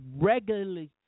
regularly